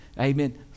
amen